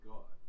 God